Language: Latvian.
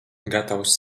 gatavs